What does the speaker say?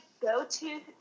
go-to